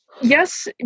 yes